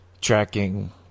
tracking